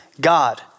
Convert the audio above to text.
God